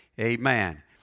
amen